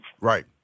Right